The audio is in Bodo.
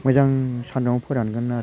मोजां सान्दुङाव फोरानगोन आरो